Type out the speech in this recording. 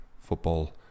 football